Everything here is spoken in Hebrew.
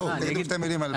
תגיד כמה מילים על הפרק.